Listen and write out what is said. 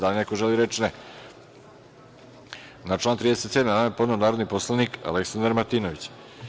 Da li neko želi reč? (Ne) Na član 37. amandman je podneo narodni poslanik Aleksandar Martinović.